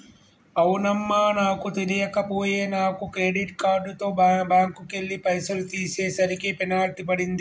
అవునమ్మా నాకు తెలియక పోయే నాను క్రెడిట్ కార్డుతో బ్యాంకుకెళ్లి పైసలు తీసేసరికి పెనాల్టీ పడింది